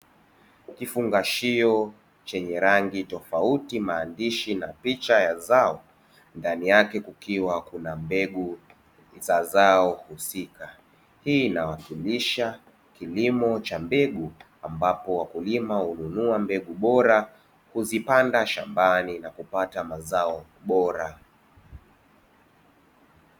Kifungashio chenye rangi tofauti, maandishi na picha ya zao ndani yake kukiwa na mbegu za zao husika, hii inawakilisha kilimo cha mbegu ambapo wakulima hununua mbegu bora na kuzipanda shambani na kupata mazao bora.